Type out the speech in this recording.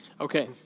Okay